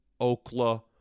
Oklahoma